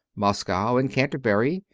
moscow, and canterbury,